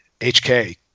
HK